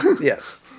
Yes